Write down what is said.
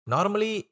Normally